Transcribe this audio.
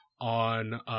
on